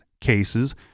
cases